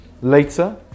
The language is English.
Later